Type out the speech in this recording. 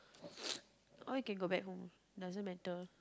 or you can go back home doesn't matter